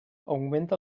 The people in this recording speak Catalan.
augmenta